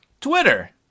Twitter